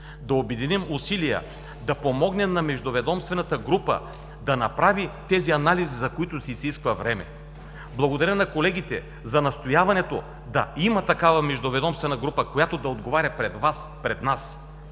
Да обединим усилия да помогнем на Междуведомствената група да направи тези анализи, за които се изисква време. Благодаря на колегите за настояването да има такава Междуведомствена група, която да отговаря пред Вас, пред нас,